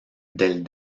del